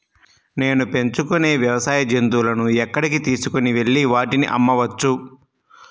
నేను పెంచుకొనే వ్యవసాయ జంతువులను ఎక్కడికి తీసుకొనివెళ్ళి వాటిని అమ్మవచ్చు?